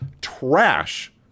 trash